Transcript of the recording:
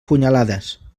punyalades